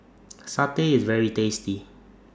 Satay IS very tasty